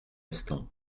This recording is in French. estampes